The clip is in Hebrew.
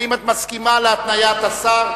האם את מסכימה להתניית השר,